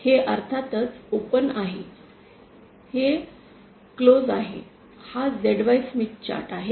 हे अर्थातच ओपन आहे हे क्लोज़ आहे हा ZY स्मिथ चार्ट आहे